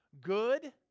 good